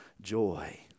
joy